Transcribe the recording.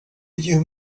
you